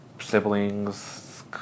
siblings